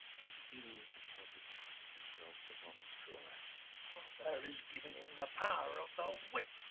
you've seen mordred himself perform these cruel acts? arthur has given him the power of the whip.